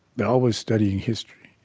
they're always studying history,